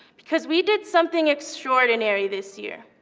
because we did something extraordinary this year.